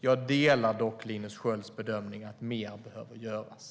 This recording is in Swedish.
Jag delar dock Linus Skölds bedömning att mer behöver göras.